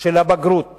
של הבגרות